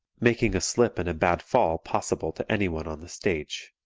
making a slip and a bad fall possible to anyone on the stage.